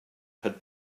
had